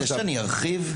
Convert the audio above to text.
אתה רוצה שאני ארחיב?